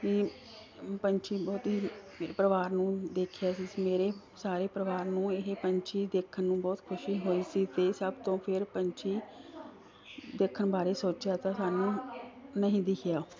ਪੰਛੀ ਬਹੁਤ ਹੀ ਪਰਿਵਾਰ ਨੂੰ ਦੇਖਿਆ ਸੀ ਸੀ ਮੇਰੇ ਸਾਰੇ ਪਰਿਵਾਰ ਨੂੰ ਇਹ ਪੰਛੀ ਦੇਖਣ ਨੂੰ ਬਹੁਤ ਖੁਸ਼ੀ ਹੋਈ ਸੀ ਅਤੇ ਸਭ ਤੋਂ ਫਿਰ ਪੰਛੀ ਦੇਖਣ ਬਾਰੇ ਸੋਚਿਆ ਤਾਂ ਸਾਨੂੰ ਨਹੀਂ ਦਿਖਿਆ